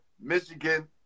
Michigan